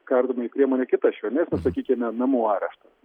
kardomoji priemonė kita švelesnė sakykime namų areštas